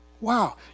Wow